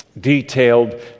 detailed